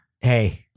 hey